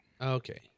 Okay